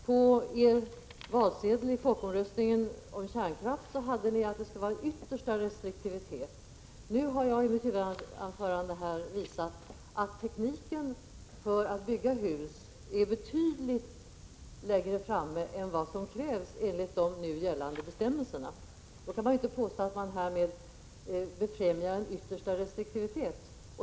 På valsedeln i folkomröstningen om kärnkraft stod det att det skulle råda yttersta restriktivitet. Nu har jag i mitt huvudanförande visat att tekniken vid byggandet av hus har nått betydligt längre än vad som krävs enligt gällande bestämmelser. Då kan man inte påstå att man befrämjar yttersta restriktivitet.